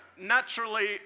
naturally